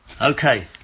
Okay